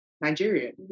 Nigerian